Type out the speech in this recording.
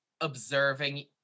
observing